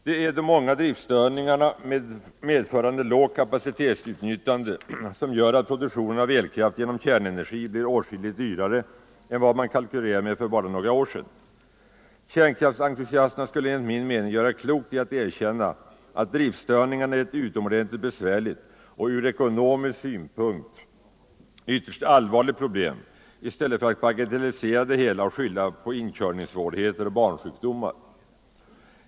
Det är de många driftstörningarna, medförande lågt kapacitetsutnyttjande, som gör att produktionen av elkraft genom kärnenergi blir åtskilligt dyrare än vad man kalkylerade med för bara några år sedan. Enligt min mening skulle kärnkraftsentusiasterna göra klokt i att erkänna att driftstörningarna är ett utomordentligt besvärligt och ur ekonomisk synpunkt ytterst allvarligt problem, i stället för att bagatellisera det hela och skylla på inkörningssvårigheter och barnsjukdomar.